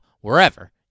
wherever